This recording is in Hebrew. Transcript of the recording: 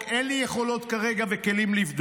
אין לי יכולות וכלים כרגע לבדוק,